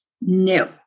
No